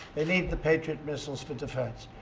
they need the patriot missiles for defense.